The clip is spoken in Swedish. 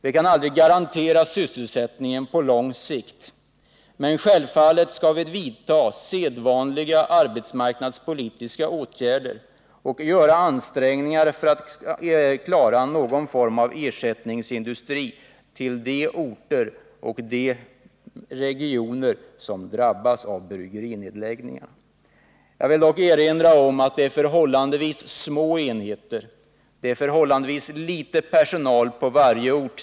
Vi kan aldrig garantera sysselsättningen på lång sikt, men självfallet skall vi vidta sedvanliga arbetsmarknadspolitiska åtgärder och göra ansträngningar för att klara någon form av ersättningsindustri till de orter och de regioner som drabbas av bryggerinedläggningar. Jag vill dock erinra om att det gäller förhållandevis små enheter och en förhållandevis liten personal på varje ort.